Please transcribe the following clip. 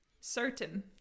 certain